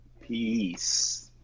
peace